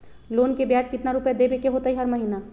Loan के ब्याज कितना रुपैया देबे के होतइ हर महिना?